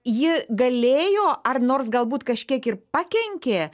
ji galėjo ar nors galbūt kažkiek ir pakenkė